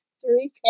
Three